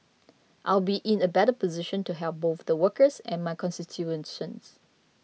I will be in a better position to help both the workers and my constituents